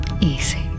easy